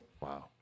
Wow